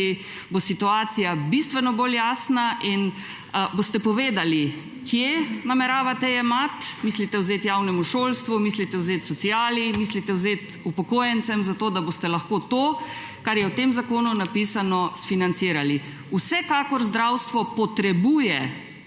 bo situacija bistveno bolj jasna in boste povedali, od kod nameravate jemati, ali mislite vzeti javnemu šolstvu, mislite vzeti sociali, mislite vzeti upokojencem, zato da boste lahko to, kar je v tem zakonu napisano, sfinancirali. Vsekakor zdravstvo potrebuje